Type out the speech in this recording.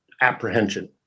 apprehension